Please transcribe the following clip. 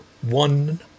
one